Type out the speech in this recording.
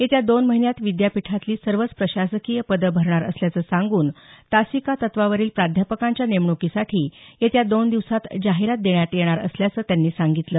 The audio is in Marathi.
येत्या दोन महिन्यात विद्यापीठातली सर्वच प्रशासकीय पदं भरणार असल्याचं सांगून तासिका तत्वावरील प्राद्यापकांच्या नेमणुकीसाठी येत्या दोन दिवसात जाहिरात देण्यात येणार असल्याचं त्यांनी सांगितलं